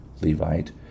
Levite